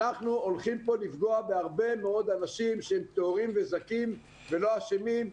אנחנו הולכים כאן לפגוע בהרבה מאוד אנשים שהם טהורים וזכים ולא אשמים.